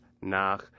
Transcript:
nach